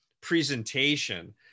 presentation